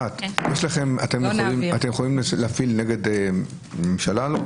אתם יכולים להפעיל נגד הממשלה?